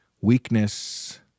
weakness